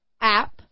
app